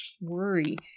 worry